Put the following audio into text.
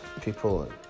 people